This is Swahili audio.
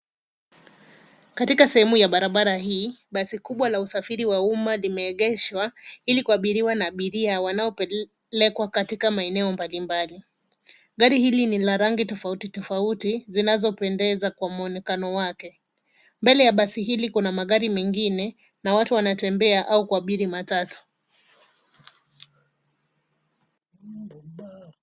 Katika sehemu ya barabara hii, basi kubwa la usafiri wa umma limeengeshwa ili kuabiriwa na abiria wanao pelekwa katika maeneo mbali mbali .Gari hili ni la rangi tofauti tofauti zinazo pendeza kwa maonekena wake .Mbele ya basi hili kuna magari mengine na watu wanatembea au kuabiri matatu.